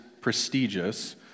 prestigious